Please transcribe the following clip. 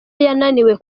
yananiwe